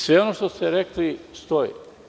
Sve što ste rekli, stoji.